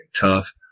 tough